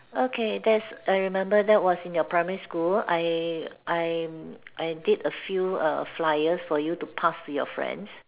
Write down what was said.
okay that's I remember that was in your primary school I I I'm did a few err flyers for you to pass to your friends